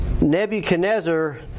Nebuchadnezzar